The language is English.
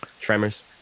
Tremors